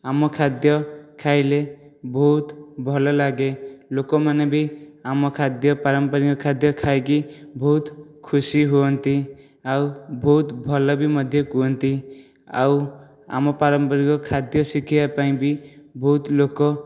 ଆମ ଖାଦ୍ୟ ଖାଇଲେ ବହୁତ ଭଲ ଲାଗେ ଲୋକମାନେ ବି ଆମ ଖାଦ୍ୟ ପାରମ୍ପରିକ ଖାଦ୍ୟ ଖାଇକି ବହୁତ ଖୁସି ହୁଅନ୍ତି ଆଉ ବହୁତ ଭଲ ବି ମଧ୍ୟ କୁହନ୍ତି ଆଉ ଆମ ପାରମ୍ପରିକ ଖାଦ୍ୟ ଶିଖିବା ପାଇଁ ବି ବହୁତ ଲୋକ